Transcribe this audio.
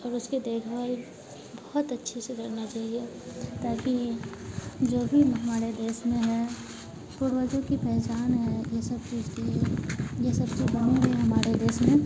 और उसकी देखभाल बहुत अच्छे से करना चाहिए ताकि जो भी हमारे देश में है पूर्वजों की पहचान है ये सब चीज के लिए ये सब चीज बने रहें हमारे देश में